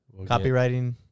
copywriting